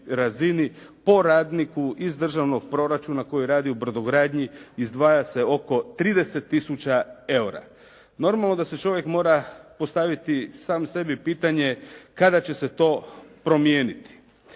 razini po radniku iz državnog proračuna koji radi u brodogradnji izdvaja se oko 30 tisuća eura. Normalno da se čovjek mora postaviti sam sebi pitanje kada će se to promijeniti.